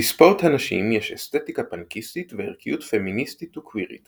לספורט הנשים יש אסתטיקה פאנקיסטית וערכיות פמיניסטית וקווירית,